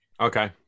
okay